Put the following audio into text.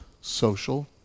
social